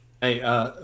Hey